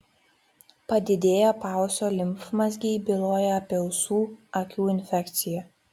padidėję paausio limfmazgiai byloja apie ausų akių infekciją